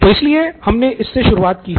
तो इसीलिए हमने इससे शुरुआत की है